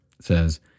says